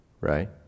right